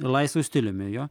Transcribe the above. laisvu stiliumi jo